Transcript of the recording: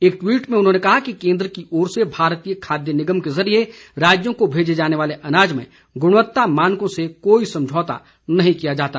एक ट्वीट में उन्होंने कहा कि केंद्र की ओर से भारतीय खाद्य निगम के जरिए राज्यों को भेजे जाने वाले अनाज में गुणवत्ता मानकों से कोई समझौता नहीं किया जाता